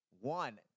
one